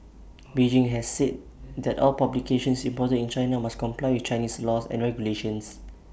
Beijing has said that all publications imported China must comply with Chinese laws and regulations